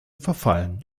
verfallen